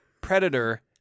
Predator